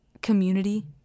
community